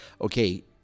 Okay